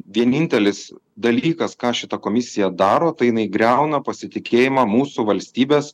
vienintelis dalykas ką šita komisija daro tai jinai griauna pasitikėjimą mūsų valstybės